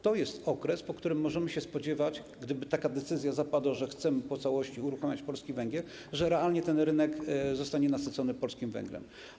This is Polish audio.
To jest okres, po którym możemy się spodziewać - gdyby zapadła decyzja, że chcemy w całości uruchamiać polski węgiel - że realnie rynek zostanie nasycony polskim węglem.